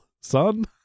son